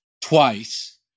twice